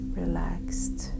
relaxed